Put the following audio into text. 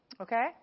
Okay